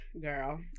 Girl